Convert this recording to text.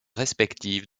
respective